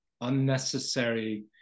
unnecessary